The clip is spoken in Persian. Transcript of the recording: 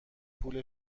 پول